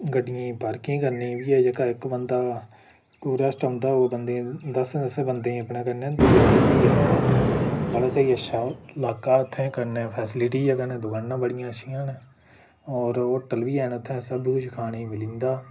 गड्डियें ई पार्किंग करने गी बी ऐ जगह् इक बंदा कोई रैस्ट हाऊस होऐ कोई दस्सें दस्सें बंदे गी अपने कन्नै लेइयै आवै र भी औंदा बड़ा स्हेई अच्छा लाका उत्थै कन्नै फैसीलिटी बी ऐ कन्नै दकानां बड़ियां अच्छियां न होर होटल बी हैन उत्थै सब किश खाने गी मिली जंदा